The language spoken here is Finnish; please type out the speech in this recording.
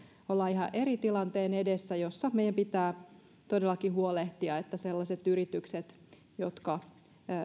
ollaan ihan eri tilanteen edessä jolloin meidän pitää todellakin huolehtia että sellaiset yritykset jotka